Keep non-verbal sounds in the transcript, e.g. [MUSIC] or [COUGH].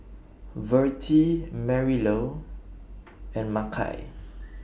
Vertie Marylou [NOISE] and Makai